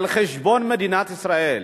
על חשבון מדינת ישראל.